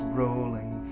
rolling